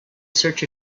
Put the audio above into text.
search